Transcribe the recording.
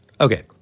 Okay